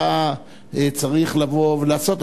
היה צריך לבוא ולעשות.